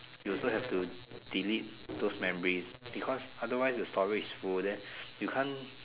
you also have to delete those memories because otherwise the storage wouldn't you can't